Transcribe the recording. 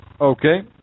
Okay